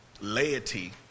laity